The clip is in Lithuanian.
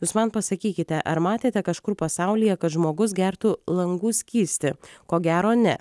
jūs man pasakykite ar matėte kažkur pasaulyje kad žmogus gertų langų skystį ko gero ne